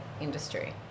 industry